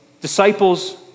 Disciples